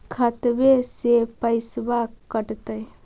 खतबे से पैसबा कटतय?